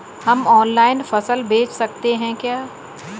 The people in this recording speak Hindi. हम ऑनलाइन फसल बेच सकते हैं क्या?